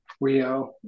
Rio